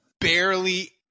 barely